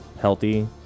healthy